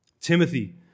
Timothy